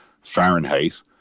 Fahrenheit